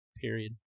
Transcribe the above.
Period